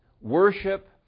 worship